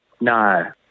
No